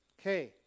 Okay